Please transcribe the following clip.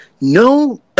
no